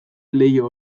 leiho